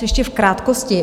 Ještě v krátkosti.